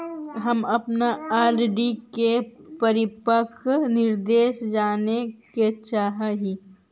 हम अपन आर.डी के परिपक्वता निर्देश जाने के चाह ही